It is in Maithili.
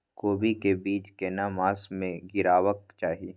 कोबी के बीज केना मास में गीरावक चाही?